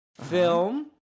film